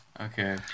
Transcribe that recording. Okay